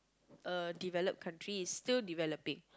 uh developed country it's still developing